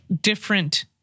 different